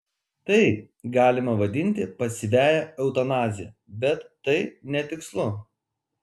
tai galima vadinti pasyviąja eutanazija bet tai netikslu